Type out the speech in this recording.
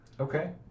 Okay